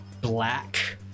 black